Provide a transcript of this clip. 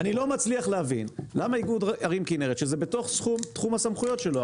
אני לא מצליח להבין למה איגוד ערים כנרת - שזה בתוך תחום הסמכויות שלו,